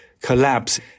collapse